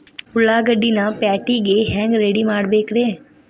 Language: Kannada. ಉಳ್ಳಾಗಡ್ಡಿನ ಪ್ಯಾಟಿಗೆ ಹ್ಯಾಂಗ ರೆಡಿಮಾಡಬೇಕ್ರೇ?